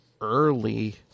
early